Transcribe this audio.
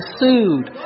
sued